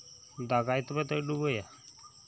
ᱫᱟᱜ ᱟᱭ ᱛᱚᱵᱮ ᱛᱚᱭ ᱰᱩᱵᱟᱹᱭᱟ